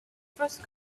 first